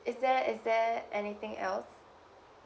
is there is there anything else